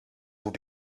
will